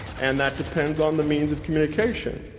and that depends on the means of communication.